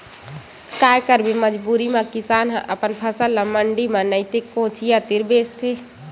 काये करबे मजबूरी म किसान ह अपन फसल ल मंडी म नइ ते कोचिया तीर बेचथे